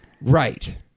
Right